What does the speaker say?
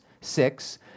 six